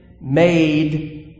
made